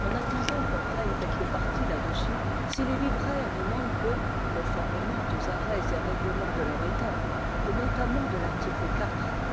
en attendant qu'on prenne quelque parti là-dessus si les libraires demandent que conformément aux arrêts et règlements de leur état et notamment à larticle